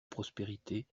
prospérité